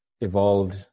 evolved